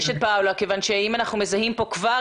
מצד שני אנחנו דואגים לכך שלא יקרו מקרים טרגיים כפי שקרו.